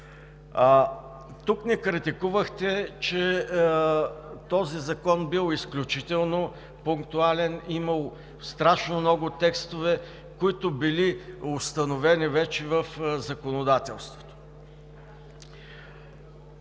Тук ни критикувахте, че този закон бил изключително пунктуален, имало страшно много текстове, които били установени вече в законодателството.